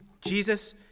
Jesus